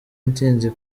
intsinzi